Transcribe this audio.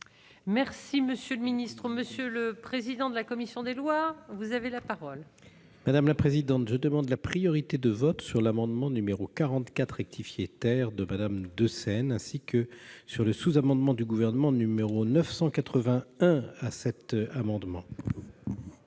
Merci monsieur le ministre, monsieur le président de la commission des lois, vous avez la parole. Madame la présidente, je demande la priorité de vote sur l'amendement numéro 44 rectifié, terre de Madame de Seine, ainsi que sur le sous-amendement du Gouvernement numéro 980 1 à cet amendement.